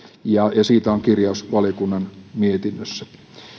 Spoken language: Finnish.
siitä on kirjaus valiokunnan mietinnössä